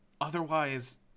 Otherwise